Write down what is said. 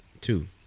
Two